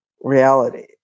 reality